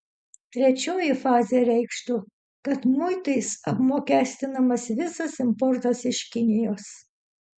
trečioji fazė reikštų kad muitais apmokestinamas visas importas iš kinijos